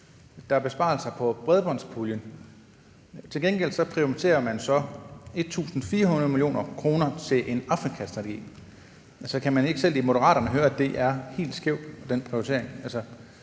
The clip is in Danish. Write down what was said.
er besparelser på bredbåndspuljen. Til gengæld prioriterer man 1.400 mio. kr. til en Afrikastrategi. Kan man ikke selv i Moderaterne høre, at det er helt skævt med den